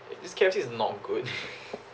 this K_F_C is not good